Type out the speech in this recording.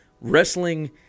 wrestling